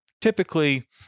typically